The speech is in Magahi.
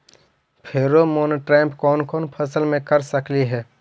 फेरोमोन ट्रैप कोन कोन फसल मे कर सकली हे?